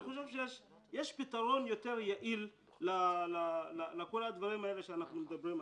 אני חושב שיש פתרון יותר יעיל לכל הדברים שאנחנו מדברים עליהם,